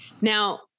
Now